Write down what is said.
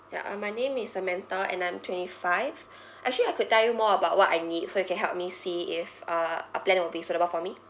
ya uh my name is samantha and I'm twenty five actually I could tell you more about what I need so you can help me see if uh a plan will be suitable for me